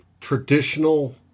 traditional